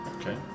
Okay